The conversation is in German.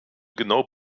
genau